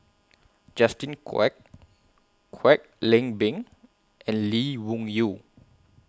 Justin Quek Kwek Leng Beng and Lee Wung Yew